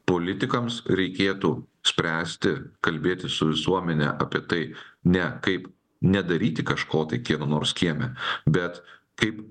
politikams reikėtų spręsti kalbėtis su visuomene apie tai ne kaip nedaryti kažko tai kieno nors kieme bet kaip